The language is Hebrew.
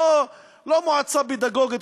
לא מועצה פדגוגית,